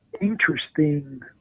interesting